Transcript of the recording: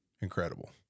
incredible